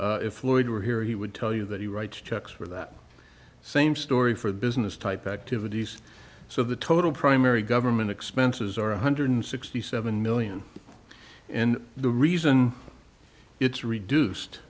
lloyd were here he would tell you that he writes checks for that same story for the business type activities so the total primary government expenses are one hundred sixty seven million and the reason it's reduced